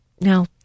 now